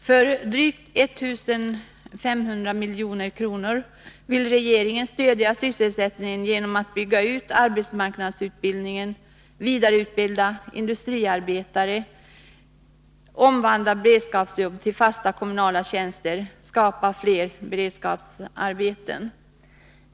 För drygt 1 500 milj.kr. vill regeringen stödja sysselsättningen genom att bl.a. bygga ut arbetsmarknadsutbildningen, vidareutbilda industriarbetare, omvandla beredskapsjobb till fasta kommunala tjänster och skapa fler beredskapsarbeten.